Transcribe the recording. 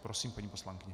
Prosím, paní poslankyně.